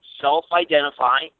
Self-identify